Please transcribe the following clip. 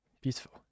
Beautiful